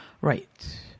Right